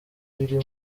biri